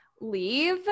leave